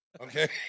Okay